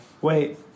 Wait